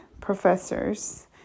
professors